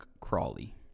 Crawley